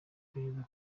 iperereza